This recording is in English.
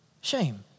shame